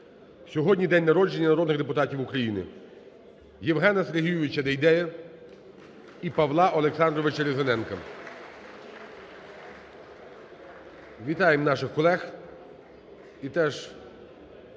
Сьогодні день народження народних депутатів України Євгена Сергійовича Дейдея і Павла Олександровича Різаненка. (Оплески) Вітаємо наших колег. І теж хочу